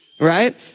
Right